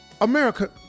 America